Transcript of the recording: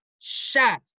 shot